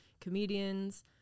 comedians